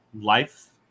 life